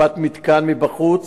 תקיפת מתקן מבחוץ,